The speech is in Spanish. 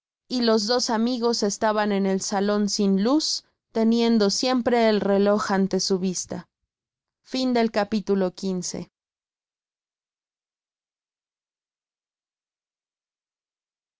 y los dos amigos estaban en el salori sin luz teniendo siempre el reléante su vista